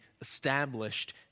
established